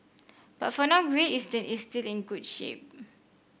but for now Great Eastern is still in good shape